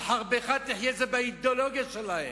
על חרבך תחיה, זה באידיאולוגיה שלהם.